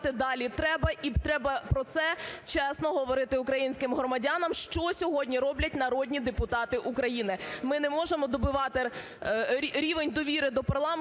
далі треба і треба про це чесно говорити українським громадянам, що сьогодні роблять народні депутати України. Ми не можемо добивати рівень довіри до парламенту,